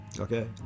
Okay